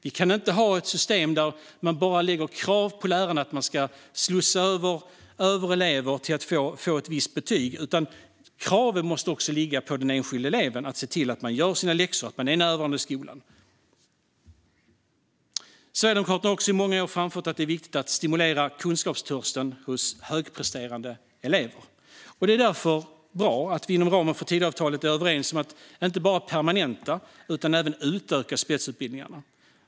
Vi kan inte ha ett system där man bara ställer krav på lärarna att de ska slussa över elever till att få ett visst betyg, utan kraven måste också ställas på den enskilde eleven att göra sina läxor och närvara i skolan. Sverigedemokraterna har i många år framfört att det är viktigt att stimulera kunskapstörsten hos högpresterande elever. Det är därför bra att vi inom ramen för Tidöavtalet är överens om att inte bara permanenta utan även utöka spetsutbildningarna.